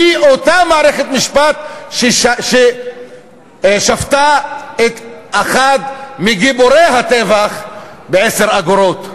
היא אותה מערכת משפט ששפטה את אחד מגיבורי הטבח ב-10 אגורות.